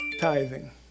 tithing